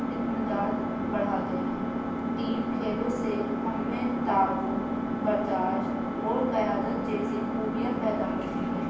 اطمینان بڑھاتے ہیں ٹیم کھیلوں سے ہم میں تعاون برداشت اور قیادت جیسی خوبیاں پیدا ہوتی ہیں